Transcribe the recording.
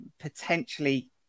potentially